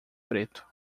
preto